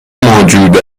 موجود